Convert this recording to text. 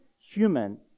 human